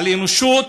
על אנושיות,